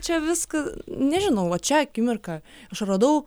čia viską nežinau vat šią akimirką aš radau